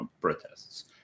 protests